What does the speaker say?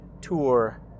tour